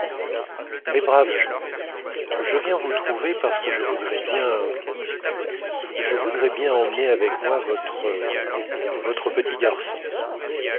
mes braves gens je viens vous trouver parce que je voudrais bien je voudrais bien emmener avec moi votre votre petit garçon